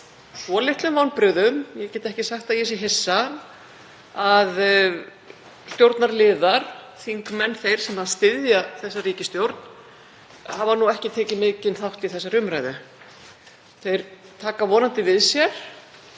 svolitlum vonbrigðum, ég get þó ekki sagt að ég sé hissa, að stjórnarliðar, þingmenn, þeir sem styðja þessa ríkisstjórn, hafa ekki tekið mikinn þátt í þessari umræðu. Þeir taka vonandi við sér